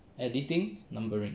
editing numbering